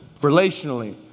relationally